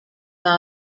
real